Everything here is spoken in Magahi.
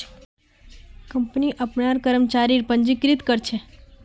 कंपनी अपनार कर्मचारीक पंजीकृत कर छे